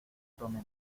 tome